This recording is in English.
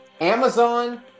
Amazon